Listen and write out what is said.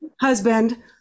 husband